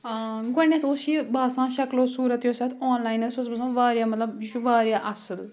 گۄڈٕنؠتھ اوس یہِ باسان شکلو صوٗرت یُس اَتھ آن لاینَس اوس باسان واریاہ مَطلب یہِ چھُ واریاہ اَصٕل